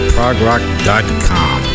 ProgRock.com